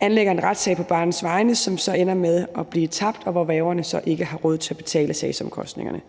anlægger en retssag på barnets vegne, som så ender med at blive tabt, og hvor værgen så ikke har råd til at betale sagsomkostningerne.